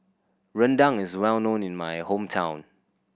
rendang is well known in my hometown